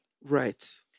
Right